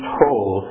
told